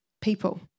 people